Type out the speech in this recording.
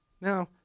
Now